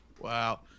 Wow